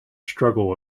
struggle